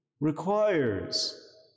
requires